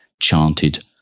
chanted